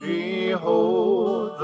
Behold